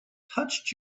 touched